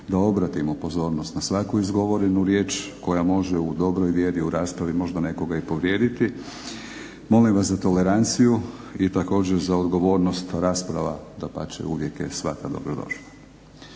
da obratimo pozornost na svaku izgovorenu riječ koja može u dobroj vjedi u raspravi možda nekoga i povrijediti. Molim vas za toleranciju i također za odgovornost rasprava, dapače uvijek je svaka dobro došla.